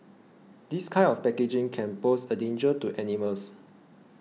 this kind of packaging can pose a danger to animals